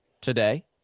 today